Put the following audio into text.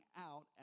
out